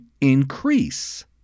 increase